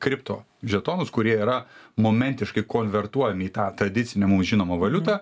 kripto žetonus kurie yra momentiškai konvertuojami į tą tradicinę mum žinomą valiutą